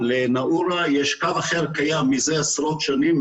לנאעורה יש קן אחר קיים מזה עשרות שנים,